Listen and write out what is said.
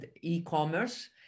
e-commerce